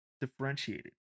differentiated